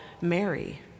Mary